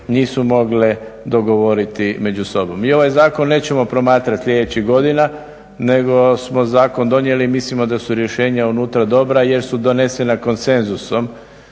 nisu mogle dogovoriti među sobom. Mi ovaj zakon nećemo promatrati sljedećih godina nego smo zakon donijeli i mislimo da su rješenja unutra dobra jer su donesene konsenzusom